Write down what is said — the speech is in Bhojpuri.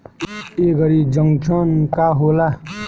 एगरी जंकशन का होला?